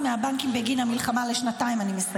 כל בנק שיעלה את הריביות ללקוחות האישיים שלו,